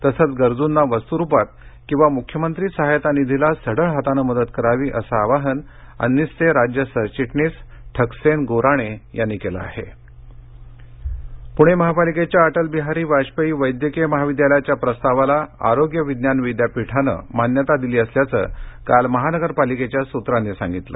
तसंच गरजूंना वस्तूरूपात किंवा मुख्यमंत्री सहायता निधीला सढळ हातानं मदत करावी असं आवाहन अंनिसचे राज्य सरचिटणीस ठकसेन गोराणे यांनी केलं आहे वैद्यकीय प्णे महापालिकेच्या अटल बिहारी वाजपेयी वैद्यकीय महाविद्यालयाच्या प्रस्तावाला आरोग्य विज्ञान विद्यापीठानं मान्यता दिली असल्याचं काल महानगरपालीकेच्या सूत्रांनी सांगितलं